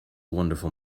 wonderful